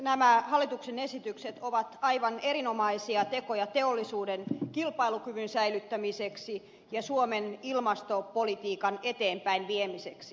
nämä hallituksen esitykset ovat aivan erinomaisia tekoja teollisuuden kilpailukyvyn säilyttämiseksi ja suomen ilmastopolitiikan eteenpäinviemiseksi